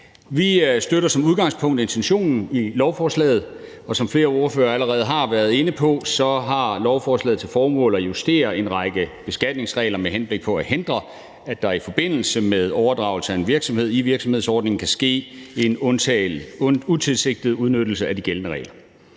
Vi støtter som udgangspunkt intentionen i lovforslaget, og som flere ordførere allerede har været inde på, har lovforslaget til formål at justere en række beskatningsregler med henblik på at hindre, at der i forbindelse med overdragelse af en virksomhed i virksomhedsordningen kan ske en utilsigtet udnyttelse af de gældende regler.